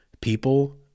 People